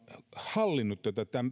hallinnut